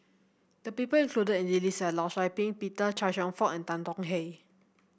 the people included in the list are Law Shau Ping Peter Chia Cheong Fook and Tan Tong Hye